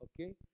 okay